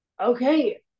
okay